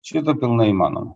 šito pilnai įmanoma